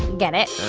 get it?